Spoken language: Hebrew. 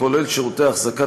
הכולל שירותי החזקה,